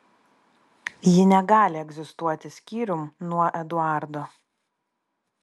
ji negali egzistuoti skyrium nuo eduardo